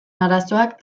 arazoak